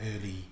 early